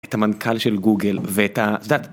את המנכ״ל של גוגל ואת.